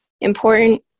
important